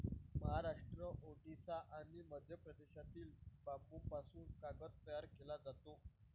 महाराष्ट्र, ओडिशा आणि मध्य प्रदेशातील बांबूपासून कागद तयार केला जातो